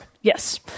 yes